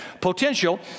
Potential